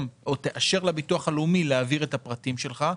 או תאשר לביטוח הלאומי להעביר את הפרטים שלך,